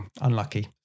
unlucky